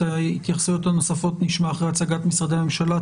את ההתייחסויות הנוספות נשמע אחרי הצגת משרדי הממשלה.